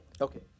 Okay